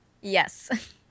Yes